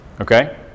Okay